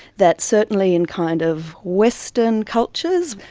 that certainly in kind of western cultures,